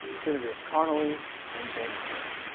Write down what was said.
senators connally and vandenberg.